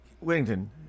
Whittington